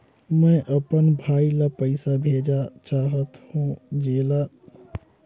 मैं अपन भाई ल पइसा भेजा चाहत हों, जेला शहर से बाहर जग रहत हवे